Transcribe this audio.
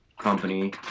company